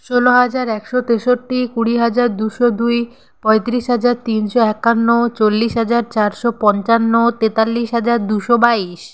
ষোলো হাজার একশো তেষট্টি কুড়ি হাজার দুশো দুই পঁয়তিরিশ হাজার তিনশো একান্ন চল্লিশ হাজার চারশো পঞ্চান্ন তেতাল্লিশ হাজার দুশো বাইশ